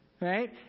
right